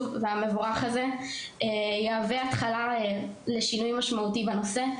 והמבורך הזה יהווה התחלה לשינוי משמעותי בנושא,